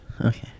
Okay